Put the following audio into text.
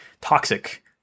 toxic